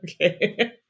Okay